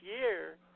year